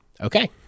okay